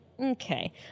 okay